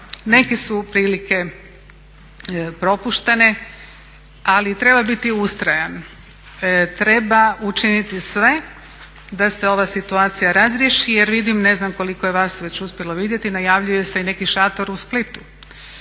neke su prilike propuštene, ali treba biti ustrajan, treba učiniti sve da se ova situacija razriješi jer vidim, ne znam koliko je vas već uspjelo vidjeti najavljuje se neki šator u Splitu.